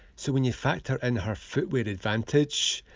so when you factor in her footwear advantage,